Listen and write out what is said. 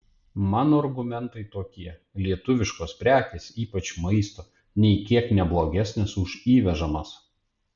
mano argumentai tokie lietuviškos prekės ypač maisto nė kiek ne blogesnės už įvežamas